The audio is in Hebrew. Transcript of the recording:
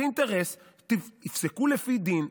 זה אינטרס שיפסקו לפי דין,